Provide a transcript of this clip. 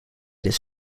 his